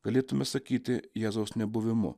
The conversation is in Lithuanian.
galėtume sakyti jėzaus nebuvimu